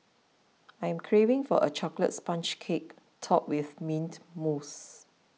I am craving for a Chocolate Sponge Cake Topped with Mint Mousse